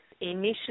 initially